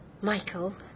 Michael